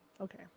okay